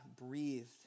breathed